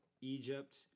Egypt